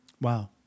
Wow